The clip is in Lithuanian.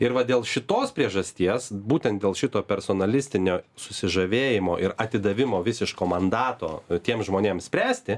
ir va dėl šitos priežasties būtent dėl šito personalistinio susižavėjimo ir atidavimo visiško mandato tiem žmonėm spręsti